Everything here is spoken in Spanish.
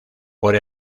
por